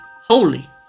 Holy